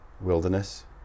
wilderness